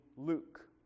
Luke